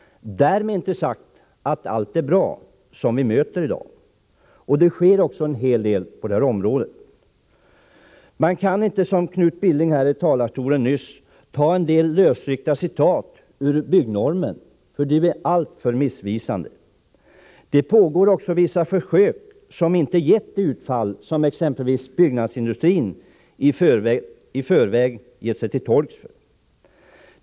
Därmed är inte sagt att allt är bra som vi i dag möter. Därför sker också en hel del på detta område. Man kan inte så som Knut Billing gjorde i talarstolen nyss återge en del lösryckta citat ur byggnormen. Det blir alltför missvisande. Det pågår också vissa försök, som inte har givit det utfall som byggnadsindustrin i förväg gjorde sig till tolk för.